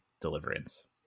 Deliverance